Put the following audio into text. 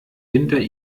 hinter